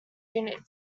unit